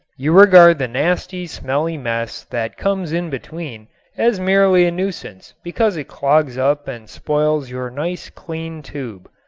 you regard the nasty, smelly mess that comes in between as merely a nuisance because it clogs up and spoils your nice, clean tube.